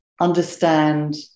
understand